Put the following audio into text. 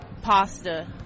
pasta